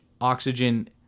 oxygen